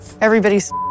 Everybody's